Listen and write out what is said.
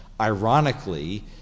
ironically